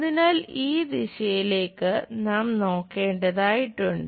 അതിനാൽ ഈ ദിശയിലേക്ക് നാം നോക്കേണ്ടതായിട്ടുണ്ട്